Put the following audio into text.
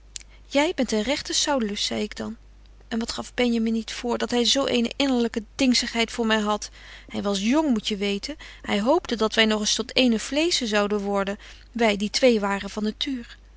jy bent een regte saulus zei ik dan en wat gaf benjamin niet voor dat hy zo eene innerlyke dingsigheid voor my hadt hy was jong moet je weten hy hoopte dat wy nog eens tot éénen vleesche zouden worden wy die twee waren van natuur